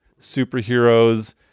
superheroes